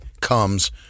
comes